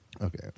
Okay